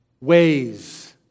ways